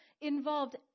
involved